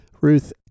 Ruth